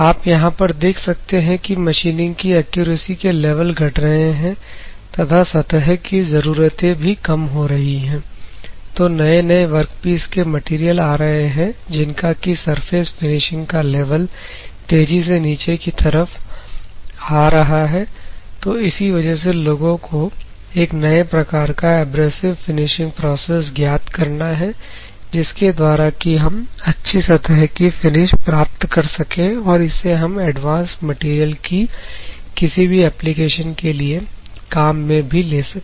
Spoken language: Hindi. आप यहां पर देख सकते हैं कि मशीनिंग की एक्यूरेसी के लेवल घट रहे हैं तथा सतह कि जरूरतें भी कम हो रही है तो नए नए वर्कपीस के मटेरियल आ रहे हैं जिनका की सरफेस फिनिशिंग का लेवल तेजी से नीचे की तरफ आ रहा है तो इसी वजह से लोगों को एक नए प्रकार का एब्रेसिव फिनिशिंग प्रोसेस ज्ञात करना है जिसके द्वारा कि हम अच्छी सतह की फिनिश प्राप्त कर सकें और इसे हम एडवांस मटेरियल कि किसी भी एप्लीकेशन के लिए काम में भी ले सके